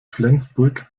flensburg